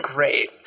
Great